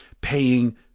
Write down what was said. paying